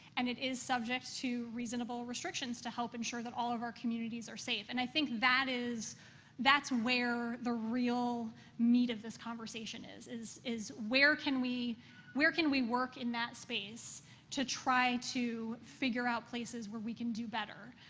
and it is subject to reasonable restrictions to help ensure that all of our communities are safe. and i think that is that's where the real meat of this conversation is is is where can we where can we work in that space to try to figure out places where we can do better?